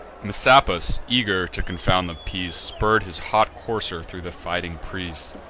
messapus, eager to confound the peace, spurr'd his hot courser thro' the fighting prease,